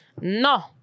No